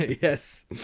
Yes